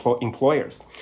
employers